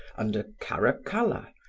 under caracalla,